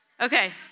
Okay